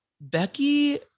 becky